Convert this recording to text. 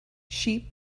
sheep